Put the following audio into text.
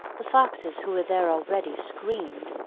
the foxes who were there already screamed,